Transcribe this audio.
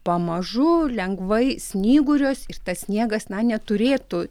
pamažu lengvai snyguriuos ir tas sniegas na neturėtų